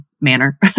manner